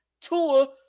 Tua